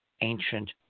ancient